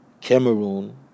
Cameroon